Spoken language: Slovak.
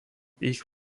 ich